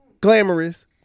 Glamorous